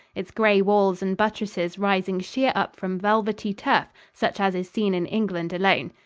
its gray walls and buttresses rising sheer up from velvety turf such as is seen in england alone.